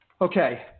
Okay